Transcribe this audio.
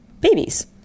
babies